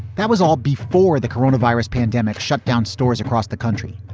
that was all before the corona virus pandemic shut down stores across the country,